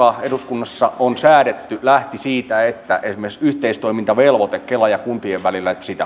eduskunnassa on säädetty lähti siitä että esimerkiksi yhteistoimintavelvoitteesta kelan ja kuntien välillä